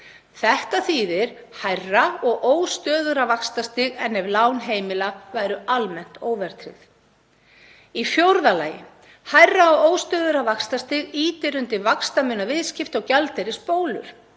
Þetta þýðir hærra og óstöðugra vaxtastig en ef lán heimila væru almennt óverðtryggð. Í fjórða lagi: Hærra og óstöðugra vaxtastig ýtir undir vaxtamunaviðskipti og gjaldeyrisbólur.